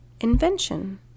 invention